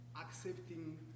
accepting